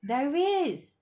there is